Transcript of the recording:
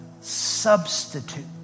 substitute